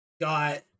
got